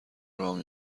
راه